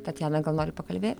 tatjana gal nori pakalbėt